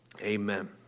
amen